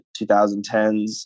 2010s